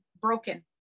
broken